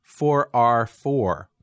4R4